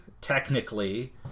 technically